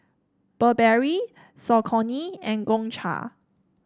Burberry Saucony and Gongcha